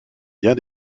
bien